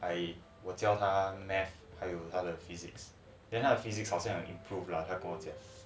I 我教他 maths physics then 他的 physics 好像 improve lah 他跟我讲